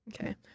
Okay